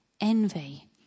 envy